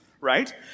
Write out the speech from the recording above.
right